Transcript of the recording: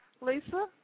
Lisa